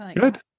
Good